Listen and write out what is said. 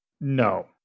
No